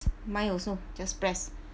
mine also just press